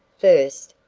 first,